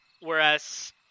whereas